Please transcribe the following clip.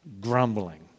grumbling